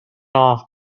off